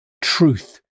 truth